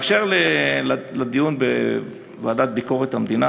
באשר לדיונים בוועדת ביקורת המדינה,